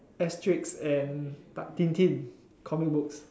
Asterix and Tintin comic books